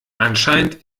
anscheinend